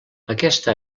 aquesta